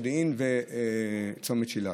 כפי שאמרתי לך: מצפה מודיעין וצומת שילת.